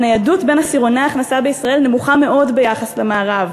הניידות בין עשירוני ההכנסה בישראל נמוכה מאוד בהשוואה למערב.